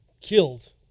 killed